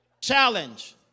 Challenge